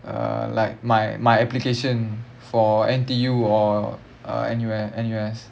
uh like my my application for N_T_U or uh N_U_S N_U_S